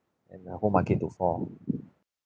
and the whole market to fall